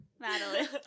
Madeline